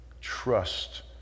trust